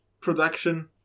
Production